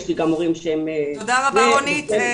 יש לי גם הורים --- תודה רבה רונית,